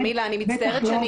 אני מתנצלת.